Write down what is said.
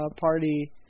party